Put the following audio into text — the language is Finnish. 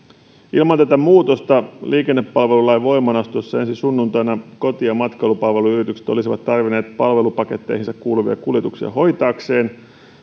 ilman tätä muutosta liikennepalvelulain voimaan astuessa ensi sunnuntaina koti ja matkailupalveluyritykset olisivat tarvinneet palvelupaketteihinsa kuuluvia kuljetuksia hoitaakseen